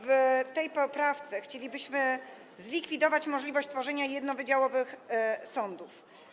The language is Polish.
W tej poprawce chcielibyśmy zlikwidować możliwość tworzenia jednowydziałowych sądów.